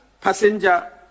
passenger